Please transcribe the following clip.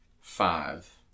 five